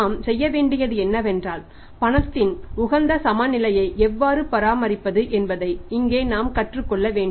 நாம் செய்ய வேண்டியது என்னவென்றால் பணத்தின் உகந்த சமநிலையை எவ்வாறு பராமரிப்பது என்பதை இங்கே நாம் கற்றுக்கொள்ள வேண்டும்